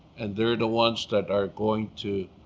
and they're the ones that are going to